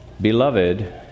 Beloved